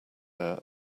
air